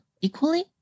Equally